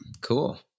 Cool